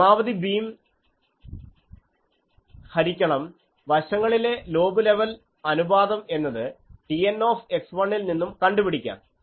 പരമാവധി ബിം ഹരിക്കണം വശങ്ങളിലെ ലോബ് ലെവൽ അനുപാതം എന്നത് TN ൽ നിന്നും കണ്ടുപിടിക്കാം